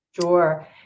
Sure